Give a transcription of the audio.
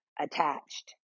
attached